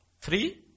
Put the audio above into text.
Three